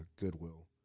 Goodwill